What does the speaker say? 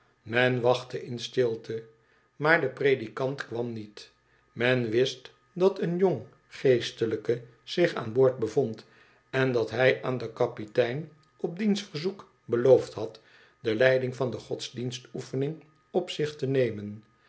men wachtte in stilte maar de predikant kwam niet men wist dat een jong geestelijke zich aan boord bevond en dat hij aan den kapitein op diens verzoek beloofd had de leiding van de godsdienstoefening op zich te nemen